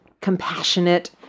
compassionate